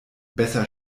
besser